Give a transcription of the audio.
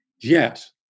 Yes